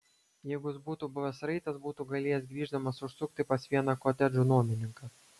jeigu jis būtų buvęs raitas būtų galėjęs grįždamas užsukti pas vieną kotedžų nuomininką